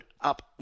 up